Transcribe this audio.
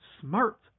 smart